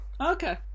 Okay